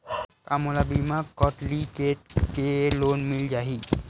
का मोला बिना कौंटलीकेट के लोन मिल जाही?